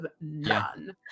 none